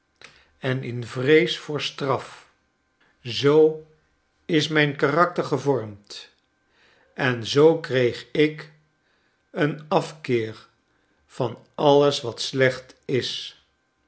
en in vrees voor straf zoo is mijn karakter gevormd en zoo kreeg ik een afkeer van alles wat slecht is